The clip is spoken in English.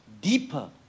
deeper